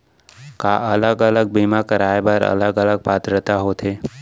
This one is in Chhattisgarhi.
का अलग अलग बीमा कराय बर अलग अलग पात्रता होथे?